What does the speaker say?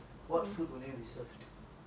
what food will be served